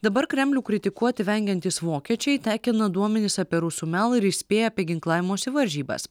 dabar kremlių kritikuoti vengiantys vokiečiai tekina duomenis apie rusų melą ir įspėja apie ginklavimosi varžybas